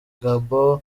gabon